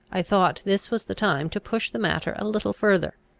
i thought this was the time to push the matter a little further.